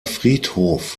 friedhof